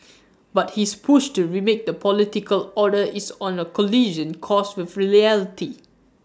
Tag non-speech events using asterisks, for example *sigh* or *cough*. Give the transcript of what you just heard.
*noise* but his push to remake the political order is on A collision course with reality